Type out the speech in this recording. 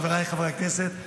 חבריי חברי הכנסת,